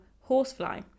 horsefly